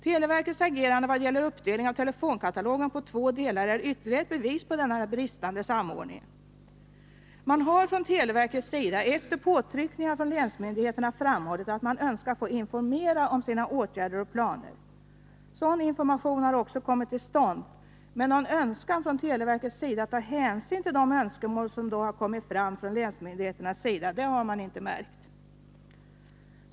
Televerkets agerande vad gäller uppdelning av telefonkatalogen på två delar är ytterligare ett bevis på denna bristande samordning. Man har från televerkets sida efter påtryckningar från länsmyndigheterna framhållit att man önskar få informera om sina åtgärder och planer. Sådan information har också kommit till stånd, men någon strävan från televerket att ta hänsyn till de önskemål som då har framkommit från länsmyndigheterna har inte märkts.